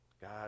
God